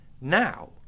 now